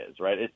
right